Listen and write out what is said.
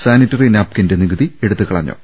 sanitary നാപ്കിന്റെ നികുതി എടുത്തുകളഞ്ഞു